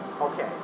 Okay